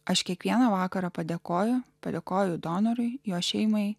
aš kiekvieną vakarą padėkojo padėkojo donorui jo šeimai